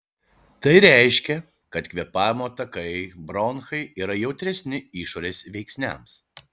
tai reiškia kad kvėpavimo takai bronchai yra jautresni išorės veiksniams